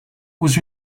was